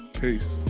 Peace